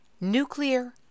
NUCLEAR